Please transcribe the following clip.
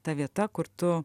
ta vieta kur tu